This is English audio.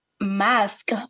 mask